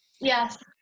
Yes